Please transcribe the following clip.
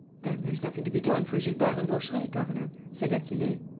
then there's nothing to be done for gilbert and vaucheray, governor? said achille.